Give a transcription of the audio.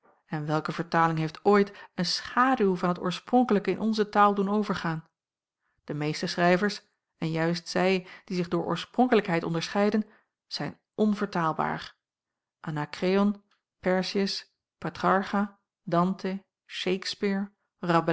en welke vertaling heeft ooit een schaduw van t oorspronkelijke in onze taal doen overgaan de meeste schrijvers en juist zij die zich door oorspronkelijkheid onderscheiden zijn onvertaalbaar anakreon persius patrarcha dante shakspere